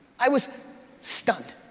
i was stunned.